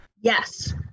Yes